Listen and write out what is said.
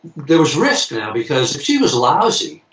there was risk now because she was lousy.